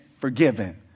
forgiven